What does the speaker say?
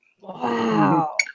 Wow